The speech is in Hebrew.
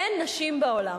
אין נשים בעולם.